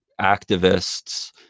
activists